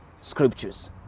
scriptures